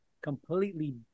completely